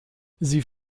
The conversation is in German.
sie